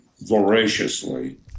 voraciously